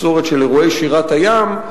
מסורת של אירועי "שירת הים",